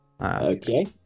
Okay